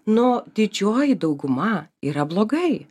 nu didžioji dauguma yra blogai